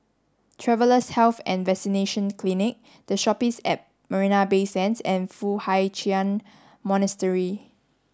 Travellers' Health and Vaccination Clinic The Shoppes at Marina Bay Sands and Foo Hai Ch'an Monastery